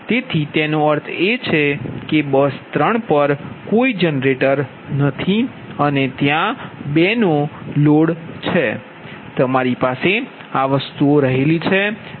તેથી તેનો અર્થ એ છે કે બસ 3 પર કોઈ જનરેટર નથી અને ત્યાં 2 નો લોડ છે તમારી પાસે આ વસ્તુ છે